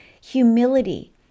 humility